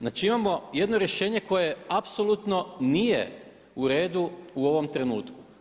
Znači, imamo jedno rješenje koje apsolutno nije u redu u ovom trenutku.